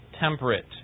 temperate